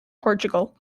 portugal